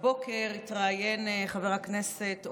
הבוקר התראיין חבר הכנסת,